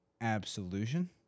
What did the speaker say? absolution